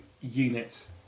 unit